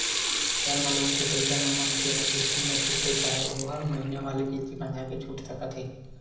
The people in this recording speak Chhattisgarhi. टर्म लोन के पइसा ल मनखे ह किस्ती म छूटथे चाहे ओहा महिना वाले किस्ती बंधाके छूट सकत हे